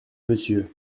monsieur